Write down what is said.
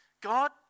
God